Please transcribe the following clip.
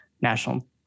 national